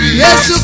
yes